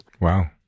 Wow